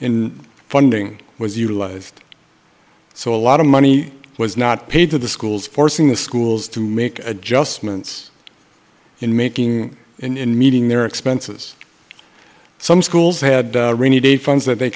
in funding was utilized so a lot of money was not paid to the schools forcing the schools to make adjustments in making in meeting their expenses some schools had rainy day funds that they